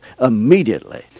immediately